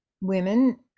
women